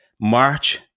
March